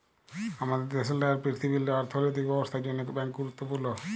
আমাদের দ্যাশেল্লে আর পীরথিবীল্লে অথ্থলৈতিক ব্যবস্থার জ্যনহে ব্যাংক গুরুত্তপুর্ল